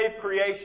creation